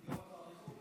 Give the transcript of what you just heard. יואב, באריכות,